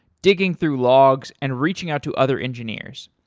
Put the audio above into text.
digging through logs and reaching out to other engineers.